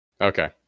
Okay